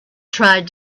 tried